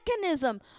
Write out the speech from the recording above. mechanism